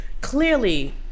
clearly